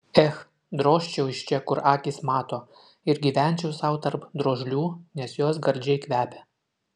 ech drožčiau iš čia kur akys mato ir gyvenčiau sau tarp drožlių nes jos gardžiai kvepia